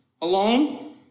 alone